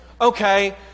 Okay